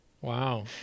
Wow